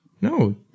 No